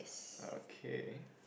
okay